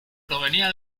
provenía